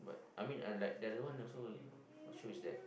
I mean I like that one also what show is that